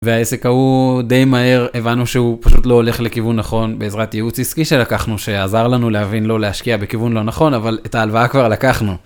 והעסק ההוא, די מהר הבנו שהוא פשוט לא הולך לכיוון נכון בעזרת ייעוץ עסקי שלקחנו שעזר לנו להבין לא להשקיע בכיוון לא נכון אבל את ההלוואה כבר לקחנו.